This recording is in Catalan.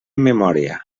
memòria